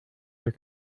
her